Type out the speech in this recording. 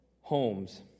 homes